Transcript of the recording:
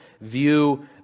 view